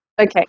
Okay